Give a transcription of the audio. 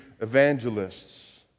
evangelists